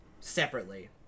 separately